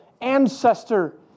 ancestor